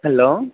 hello